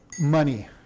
money